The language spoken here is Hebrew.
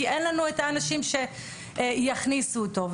כי אין לנו את האנשים שיכניסו אותו,